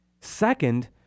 Second